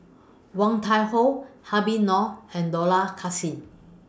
Woon Tai Ho Habib Noh and Dollah Kassim